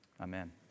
Amen